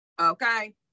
okay